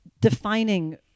defining